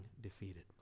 defeated